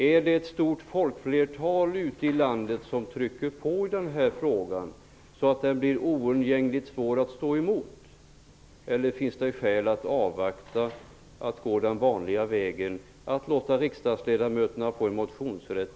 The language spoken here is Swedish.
Är det ett stort folkflertal ute i landet som trycker på i den här frågan, så att det blir oundgängligt svårt att stå emot, eller finns det skäl att avvakta och gå den vanliga vägen och låta riksdagsledamöterna få en motionsrätt?